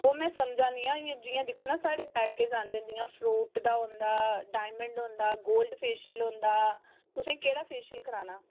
ओह् में समझा नी आं जि'यां दिक्खो ना साढ़े पैकेज आंदे ना जि'यां फ्रूट दा होंदा डाईमंड होंदा गोल्ड फैशियल होंदा तुसें केह्ड़ा फैशियल कराना